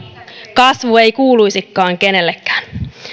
kasvu ei kuuluisikaan kenellekään